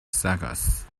sagas